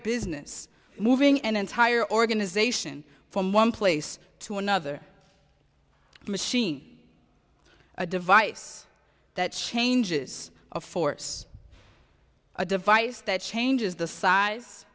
business moving an entire organization from one place to another machine a device that changes of force a device that changes the size